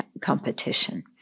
competition